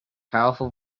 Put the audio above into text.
powerful